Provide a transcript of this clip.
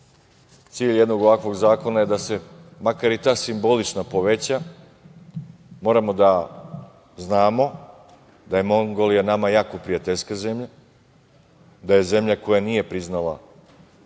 Cilj jednog ovakvog zakona je da se makar i ta simboličnost poveća. Moramo da znamo da je Mongolija nama jako prijateljska zemlja, da je zemlja koja nije priznala